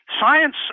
Science